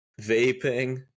vaping